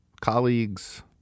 colleagues